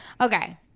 Okay